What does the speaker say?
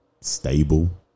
stable